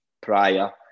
prior